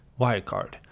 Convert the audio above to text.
Wirecard